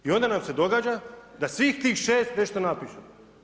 I onda nam se događa da svih tih 6 nešto napiše.